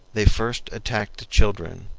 they first attacked the children,